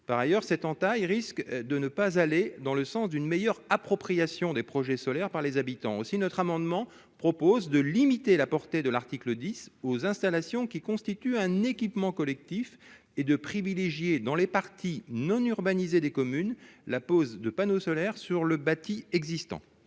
par ailleurs Setanta risque de ne pas aller dans le sens d'une meilleure appropriation des projets solaires par les habitants aussi notre amendement propose de limiter la portée de l'article 10 aux installations qui constitue un équipement collectif et de privilégier dans les partis non-urbanisées, des communes, la pose de panneaux solaires sur le bâti existant.